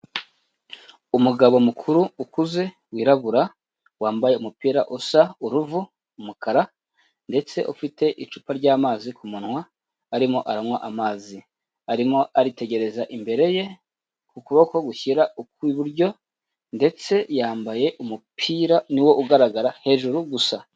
Umugabo mukuru ukuze wirabura, wambaye umupira usa uruvu, umukara, ndetse ufite icupa ry'amazi ku munwa, arimo aranywa amazi. Arimo aritegereza imbere ye, ukuboko gushyira ukw'iburyo, ndetse yambaye umupira, ni wo ugaragara hejuru gusa.